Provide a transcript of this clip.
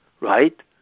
Right